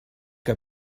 que